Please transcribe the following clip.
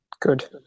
Good